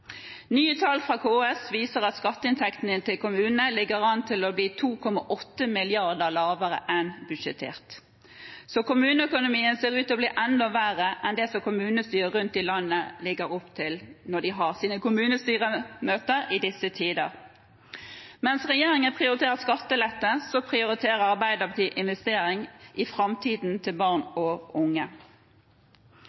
Nye tall fra KS viser at skatteinntektene inn til kommunene ligger an til å bli 2,8 mrd. kr lavere enn budsjettert. Kommuneøkonomien ser ut til å bli enda verre enn det kommunestyrene rundt om i landet legger opp til når de har sine kommunestyremøter i disse tider. Mens regjeringen prioriterer skattelette, prioriterer Arbeiderpartiet investering i framtiden til barn